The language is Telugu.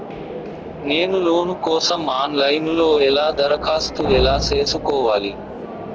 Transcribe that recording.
నేను లోను కోసం ఆన్ లైను లో ఎలా దరఖాస్తు ఎలా సేసుకోవాలి?